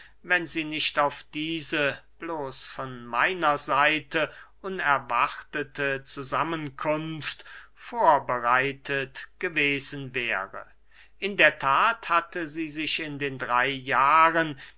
wenn sie nicht auf diese bloß von meiner seite unerwartete zusammenkunft vorbereitet gewesen wäre in der that hatte sie sich in den drey jahren